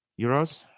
Euros